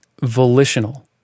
volitional